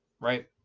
right